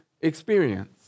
experience